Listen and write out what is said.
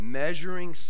measuring